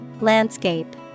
LANDSCAPE